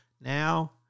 Now